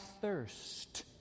thirst